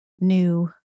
new